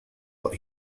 but